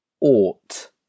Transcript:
ought